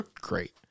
great